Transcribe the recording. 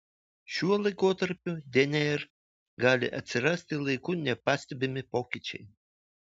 šiuo laikotarpiu dnr gali atsirasti laiku nepastebimi pokyčiai